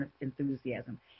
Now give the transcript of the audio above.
enthusiasm